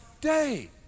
day